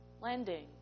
lending